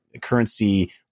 currency